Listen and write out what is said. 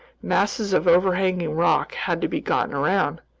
masses of overhanging rock had to be gotten around.